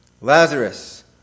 Lazarus